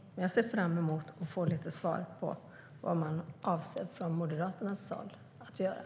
Jag ser fram emot att få höra vad Moderaterna avser att göra.